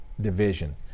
division